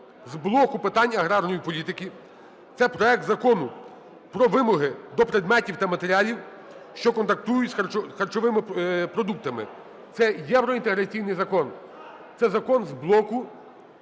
з блоку питань аграрної політики - це проект Закону до предметів та матеріалів, що контактують з харчовими продуктами. Це євроінтеграційний закон. Це закон з блоку